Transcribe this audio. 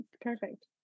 Perfect